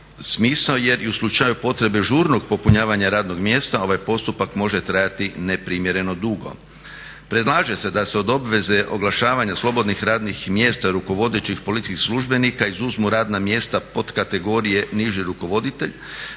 smisao jer i u slučaju potrebe žurnog popunjavanja radnog mjesta ovaj postupak može trajati neprimjereno dugo. Predlaže se da se od obveze oglašavanja slobodnih radnih mjesta rukovodećih policijskih službenika izuzmu radna mjesta potkategorije niži rukovoditelj